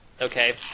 Okay